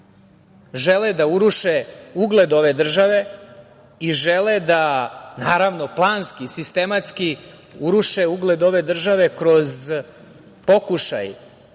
žele da uruše ugled ove države i žele da, naravno, planski, sistematski uruše ugled ove države kroz pokušaj